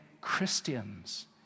Christians